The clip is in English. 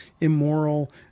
immoral